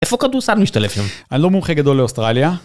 איפה כדורסל משתלב שם? אני לא מומחה גדול לאוסטרליה.